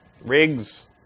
Rigs